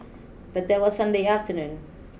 but that was Sunday afternoon